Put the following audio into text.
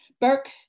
Burke